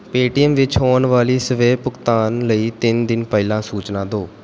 Paytm ਵਿੱਚ ਹੋਣ ਵਾਲੀ ਸਵੈ ਭੁਗਤਾਨ ਲਈ ਤਿੰਨ ਦਿਨ ਪਹਿਲਾਂ ਸੂਚਨਾ ਦਿਓ